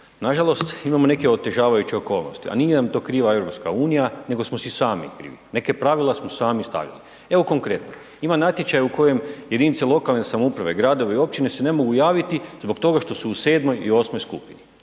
Nažalost imamo neke otežavajuće okolnosti a nije nam to kriva EU, nego smo si sami krivi, neka pravila smo sami stavili. Evo konkretno, ima natječaja u kojem jedinice lokalne samouprave, gradovi i općine se ne mogu javiti zbog toga što su u 7. i 8. skupini.